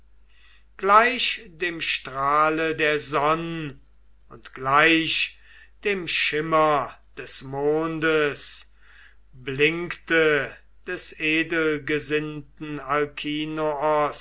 gleich dem strahle der sonn und gleich dem schimmer des mondes blinkte des